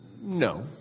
No